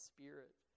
Spirit